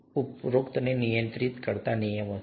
શું ઉપરોક્તને નિયંત્રિત કરતા નિયમો છે